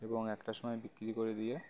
এবং একটা সময় বিক্রি করে দিয়ে